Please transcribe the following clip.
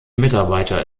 mitarbeiter